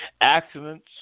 accidents